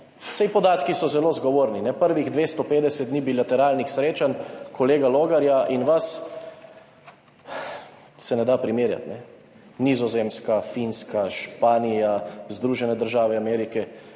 Saj podatki so zelo zgovorni. Prvih 250 dni bilateralnih srečanj kolega Logarja in vas, se ne da primerjati. Nizozemska, Finska, Španija, Združene države Amerike,